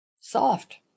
Soft